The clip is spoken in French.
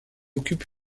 occupe